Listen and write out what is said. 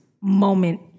moment